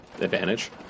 advantage